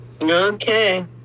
Okay